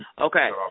Okay